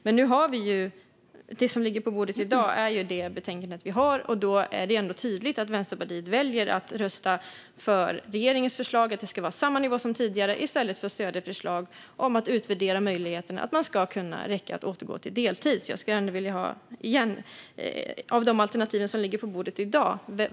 Men det som ligger på bordet i dag är detta betänkande. Då är det tydligt att Vänsterpartiet väljer att rösta för regeringens förslag, att det ska vara samma nivå som tidigare, i stället för att stödja förslaget om att utvärdera möjligheten att det ska räcka att återgå i arbete på deltid. Jag tänker på de alternativ som ligger på bordet i dag.